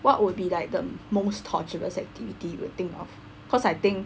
what would be the most torturous activity you will think of cause I think